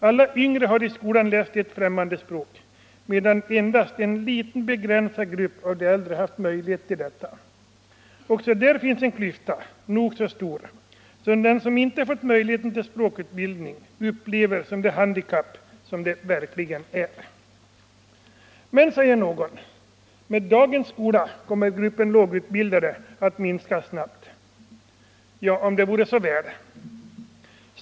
Alla yngre har i skolan lärt sig ett främmande språk medan endast en liten begränsad grupp av de äldre haft möjlighet till detta. Också där finns en nog så stor klyfta som den som inte fått möjlighet till språkutbildning upplever såsom det handikapp som det verkligen är. Men, säger någon, med dagens skola kommer gruppen lågutbildade att minska snabbt. Ja, om det vore så väl.